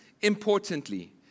importantly